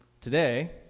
today